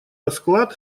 расклад